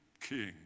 king